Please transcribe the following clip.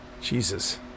Jesus